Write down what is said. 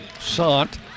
Sant